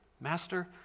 Master